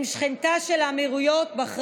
עם שכנתה של האמירויות, בחריין,